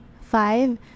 Five